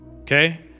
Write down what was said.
okay